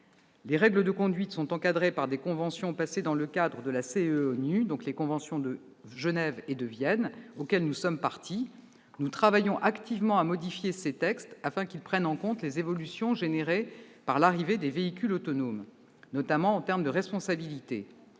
Les règles de conduite sont encadrées par les conventions de Genève et de Vienne, auxquelles nous sommes parties. Nous travaillons activement à modifier ces textes afin qu'ils prennent en compte les évolutions engendrées par l'arrivée des véhicules autonomes, notamment en termes de responsabilité.